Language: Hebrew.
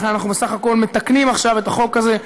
לכן אנחנו בסך הכול מתקנים עכשיו את החוק הזה,